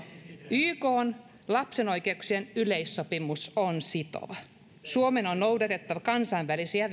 ykn lapsen oikeuksien yleissopimus on sitova suomen on noudatettava kansainvälisiä